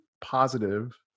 positive